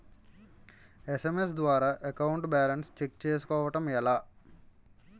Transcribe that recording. SMS ద్వారా account balance check చేసుకోవటం ఎలా?